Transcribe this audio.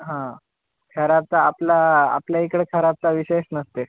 हा खराबचा आपला आपल्या इकडे खराबचा विशेष नसते